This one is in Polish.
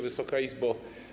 Wysoka Izbo!